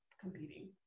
competing